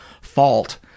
fault